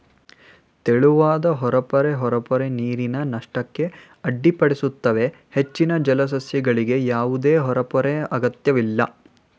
ತೆಳುವಾದ ಹೊರಪೊರೆ ಹೊರಪೊರೆ ನೀರಿನ ನಷ್ಟಕ್ಕೆ ಅಡ್ಡಿಪಡಿಸುತ್ತವೆ ಹೆಚ್ಚಿನ ಜಲಸಸ್ಯಗಳಿಗೆ ಯಾವುದೇ ಹೊರಪೊರೆ ಅಗತ್ಯವಿಲ್ಲ